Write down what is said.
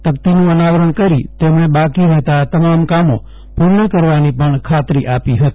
તકતીનું અનાવરણ કરી તેમણે બાકી રહેતા તમામ કામો પૂર્ણ કરવાની પણ ખાતરી આપી ફતી